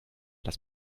das